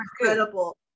incredible